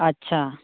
ᱟᱪᱪᱷᱟ